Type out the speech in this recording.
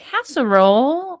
Casserole